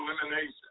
elimination